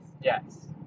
Yes